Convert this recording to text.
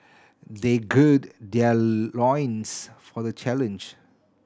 they gird their loins for the challenge